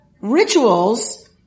rituals